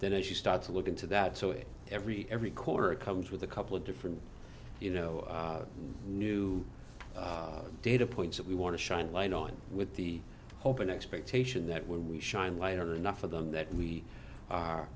then as you start to look into that so it every every quarter it comes with a couple of different you know new data points that we want to shine light on with the hope and expectation that when we shine light on enough of them that we are